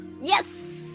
Yes